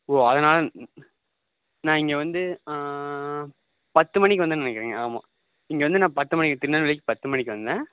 ஓ அதனால நான் இங்கே வந்து பத்து மணிக்கு வந்தேன்னு நினைக்கிறேன் ஆமாம் இங்கே வந்து நான் பத்து மணிக்கு திருநெல்வேலிக்கு பத்து மணிக்கு வந்தேன்